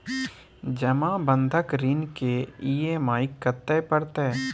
जमा बंधक ऋण के ई.एम.आई कत्ते परतै?